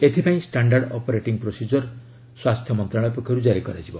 ଏଥିପାଇଁ standard operating procedure ସ୍ୱାସ୍ଥ୍ୟ ମନ୍ତ୍ରଣାଳୟ ପକ୍ଷରୁ ଜାରି କରାଯିବ